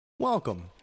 Welcome